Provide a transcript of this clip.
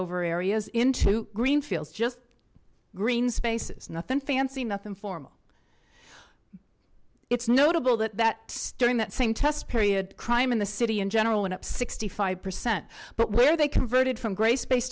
over areas into green fields just green spaces nothing fancy nothing formal it's notable that that during that same test period crime in the city in general and up sixty five percent but where they converted from gray space